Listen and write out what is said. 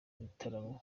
bitaramo